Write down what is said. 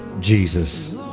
Jesus